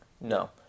No